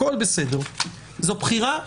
הכל בסדר, זאת בחירה שלכם.